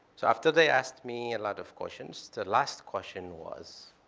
so after they asked me a lot of questions, the last question was,